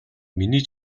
миний